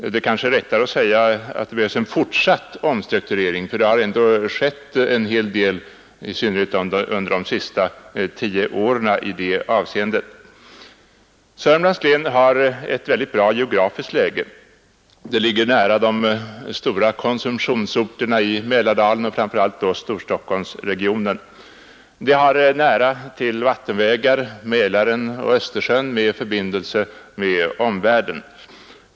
Ja, det är kanske rättare att säga att det behövs en fortsatt omstrukturering, för det har ändå skett en hel del, i synnerhet under de senaste tio åren, i det avseendet. Södermanlands län har ett bra geografiskt läge. Det ligger nära de stora konsumtionsorterna i Mälardalen och framför allt då Storstock holmsregionen. Det har nära till vattenvägar — Mälaren och Östersjön med förbindelse med omvärlden.